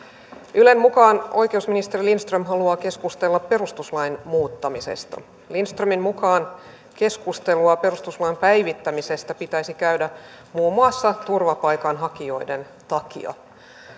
ylen mukaan oikeusministeri lindström haluaa keskustella perustuslain muuttamisesta lindströmin mukaan keskustelua perustuslain päivittämisestä pitäisi käydä muun muassa turvapaikanhakijoiden takia